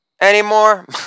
anymore